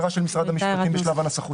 זאת הערה של משרד המשפטים בשלב הנסחות.